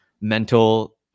mental